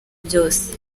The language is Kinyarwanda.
byose